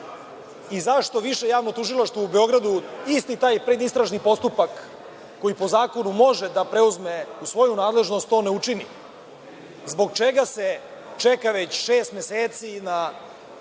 i zašto Više javno tužilaštvo u Beogradu, isti taj predistražni postupak koji po zakonu može da preuzme u svoju nadležnost to ne učini? Zbog čega se čeka već šest meseci na